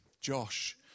Josh